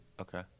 Okay